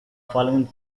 following